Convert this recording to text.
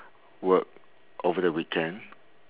work over the weekend